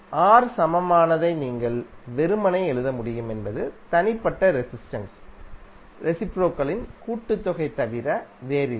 R சமமானதை நீங்கள் வெறுமனே எழுத முடியும் என்பது தனிப்பட்ட ரெசிஸ்டென்ஸ் ரெசிப்ரோகல்ன் கூட்டுத்தொகையைத் தவிர வேறில்லை